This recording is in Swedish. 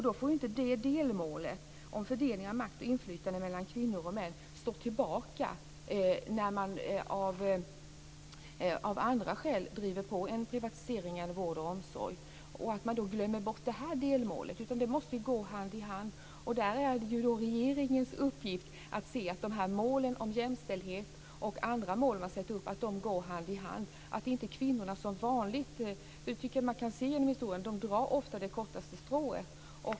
Då får inte delmålet om fördelning av makt och inflytande mellan kvinnor och män stå tillbaka och glömmas bort när man av andra skäl driver på en privatisering av vård och omsorg. De måste gå hand i hand. Regeringens uppgift är att se att målen om jämställdhet och andra mål går hand i hand. Kvinnorna drar ofta det kortaste strået.